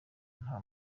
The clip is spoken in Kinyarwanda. nta